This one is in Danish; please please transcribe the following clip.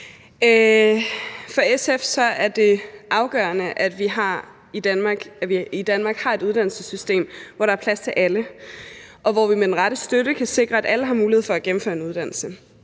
For SF er det afgørende, at vi i Danmark har et uddannelsessystem, hvor der er plads til alle, og hvor vi med den rette støtte kan sikre, at alle har mulighed for at gennemføre en uddannelse,